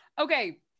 Okay